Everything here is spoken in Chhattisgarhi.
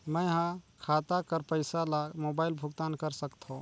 मैं ह खाता कर पईसा ला मोबाइल भुगतान कर सकथव?